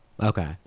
Okay